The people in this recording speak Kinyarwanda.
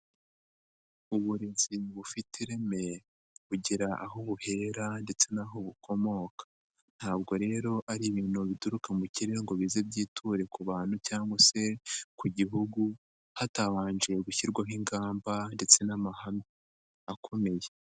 Uburezi bufite ireme bugira aho buhera ndetse n'aho bukomoka, ntabwo rero ari ibintu bituruka mu kirere ngo bize byiture ku bantu cyangwa se ku gihugu hatabanje gushyirwaho ingamba ndetse n'amahame akomeye.